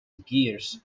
gears